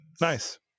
Nice